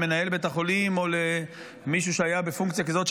למנהל בית החולים או למישהו שהיה בפונקציה כזאת,